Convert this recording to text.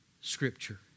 Scripture